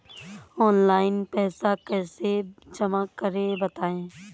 Online पैसा कैसे जमा करें बताएँ?